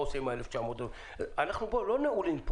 אנחנו לא נעולים.